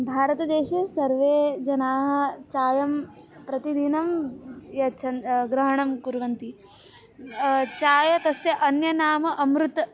भारतदेशे सर्वे जनाः चायं प्रतिदिनं यच्छन्ति ग्रहणं कुर्वन्ति चायं तस्य अन्य नाम अमृतम्